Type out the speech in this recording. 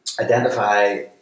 identify